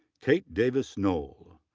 cate davis-knoll,